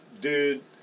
dude